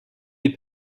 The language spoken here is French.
les